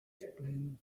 explained